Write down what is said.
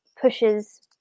pushes